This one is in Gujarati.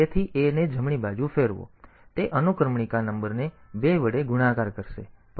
તેથી a ને ડાબે ફેરવો જેથી તે અનુક્રમણિકા નંબરને 2 વડે ગુણાકાર કરશે